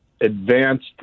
Advanced